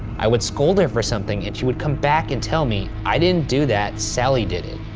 i would scold her for something, and she would come back and tell me i didn't do that, sallie did it,